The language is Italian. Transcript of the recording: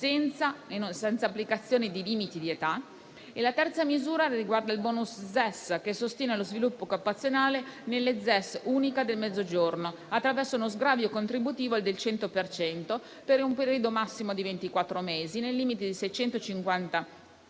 senza applicazione dei limiti di età; la terza misura riguarda il *bonus* ZES, che sostiene lo sviluppo occupazionale nella ZES unica del Mezzogiorno, attraverso uno sgravio contributivo del 100 per cento, per un periodo massimo di ventiquattro mesi, nei limiti di 650 euro,